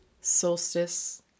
solstice